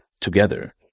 together